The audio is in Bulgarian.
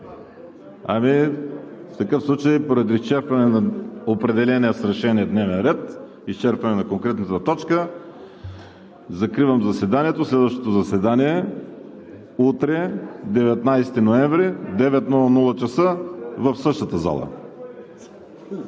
В такъв случай поради изчерпване на определения с решение дневен ред – изчерпване на конкретната точка, закривам заседанието. Следващо заседание утре – 19 ноември 2020 г., от 9,00 ч. в същата зала.